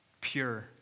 pure